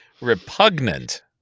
Repugnant